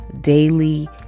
daily